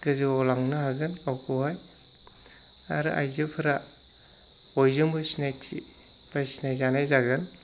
गोजौआव लांनो हागोन गावखौहाय आरो आइजोफोरा बयजोंबो सिनायथि बा सिनायजानाय जागोन